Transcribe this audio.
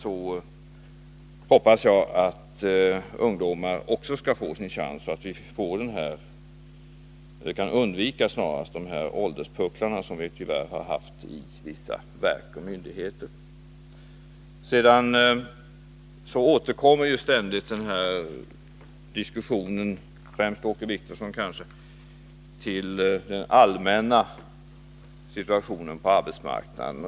Jag hoppas att också ungdomar skall få sin chans i det sammanhanget och att man kan undvika de ålderspucklar som man tyvärr har haft i vissa verk och myndigheter. I diskussionen här har man — kanske främst Åke Wictorsson — ständigt återkommit till den allmänna situationen på arbetsmarknaden.